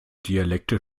dialekte